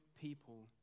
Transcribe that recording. people